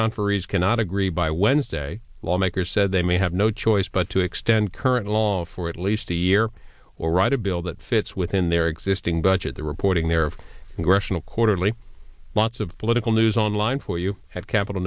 conferees cannot agree by wednesday lawmakers said they may have no choice but to extend current law for at least a year or write a bill that fits within their existing budget the reporting there of congressional quarterly lots of political news online for you have capit